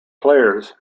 players